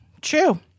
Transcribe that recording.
True